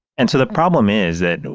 and so the problem is that,